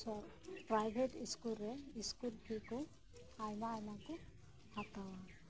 private ᱤᱥᱠᱩᱞᱨᱮ school fee ᱠᱚ ᱟᱭᱢᱟ ᱟᱭᱢᱟ ᱠᱚ ᱦᱟᱛᱟᱣᱟ